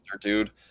dude